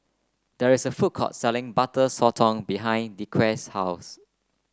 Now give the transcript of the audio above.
there is a food court selling Butter Sotong behind Dequan's house